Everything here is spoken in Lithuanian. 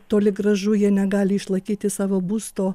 toli gražu jie negali išlaikyti savo būsto